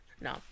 No